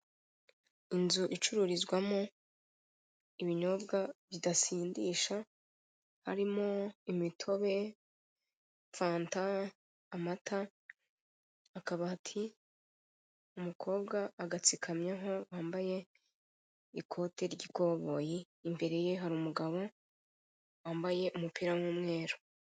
Inzu icururizwamo ibinyobwa bidasindisha harimo imitobe, fanta, amata. Akabati umukobwa agatsikamyeho wambaye ikote ry'ikoboyi, imbere ye hari umugabo wambaye umupira w'umweru.